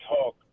talk